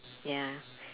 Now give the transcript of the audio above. ya